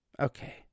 Okay